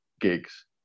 gigs